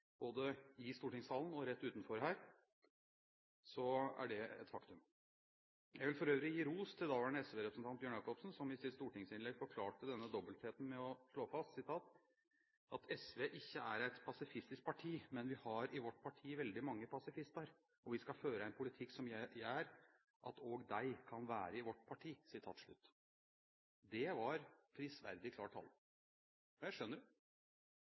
i stortingssalen og rett utenfor her, er det et faktum. Jeg vil for øvrig gi ros til daværende SV-representant Bjørn Jacobsen, som i sitt stortingsinnlegg forklarte denne dobbeltheten med å slå fast at «SV ikkje er eit pasifistisk parti, men vi har i vårt parti veldig mange pasifistar, og vi skal føre ein politikk som kan gjere at òg dei kan vere i vårt parti». Det var prisverdig klar tale. Og jeg skjønner det.